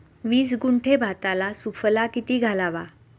वीस गुंठे भाताला सुफला किती घालावा?